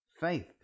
faith